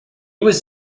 was